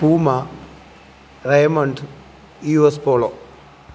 Puma Raymond US Polo